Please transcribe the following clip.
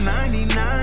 99